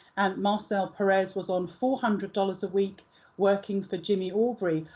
and marcel perez was on four hundred dollars a week working for jimmy aubrey,